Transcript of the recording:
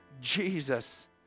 Jesus